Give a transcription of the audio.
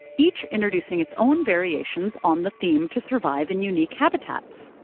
each introducing its own variations on the theme to survive in unique habitats.